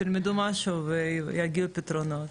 תלמדו משהו ויגיעו פתרונות.